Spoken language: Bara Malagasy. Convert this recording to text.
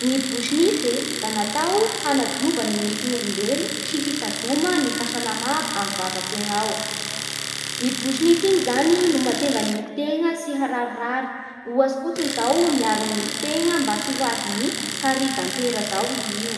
Ny brosy nify e, da natao hanadiova ny nifign'olombelo sy hitazoma gny fahasalama amy vavantegna ao. Ny brosy nify iny zany no mahatonga gny nify tegna tsy hararirary. Ohatsy fitsiny zao miaro ny nifintegna tsy ho azigny kary dantera zao i io.